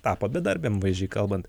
tapo bedarbėm vaizdžiai kalbant